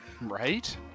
Right